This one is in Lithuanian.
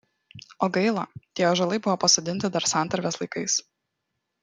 o gaila tie ąžuolai buvo pasodinti dar santarvės laikais